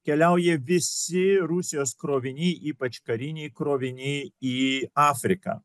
keliauja visi rusijos kroviniai ypač kariniai kroviniai į afriką